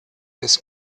des